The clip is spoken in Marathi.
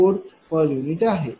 u आहे